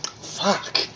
Fuck